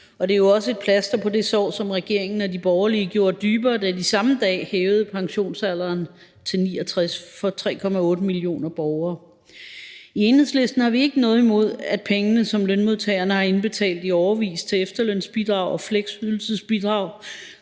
det er jo også et plaster på det sår, som regeringen og de borgerlige gjorde dybere, da de samme dag hævede pensionsalderen til 69 år for 3,8 millioner borgere. I Enhedslisten har vi ikke noget imod, at pengene, som lønmodtagerne i årevis har indbetalt i efterlønsbidrag og fleksydelsesbidrag,